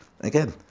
again